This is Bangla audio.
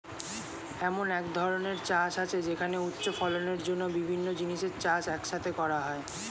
এমন এক ধরনের চাষ আছে যেখানে উচ্চ ফলনের জন্য বিভিন্ন জিনিসের চাষ এক সাথে করা হয়